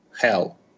hell